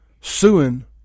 suing